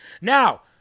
Now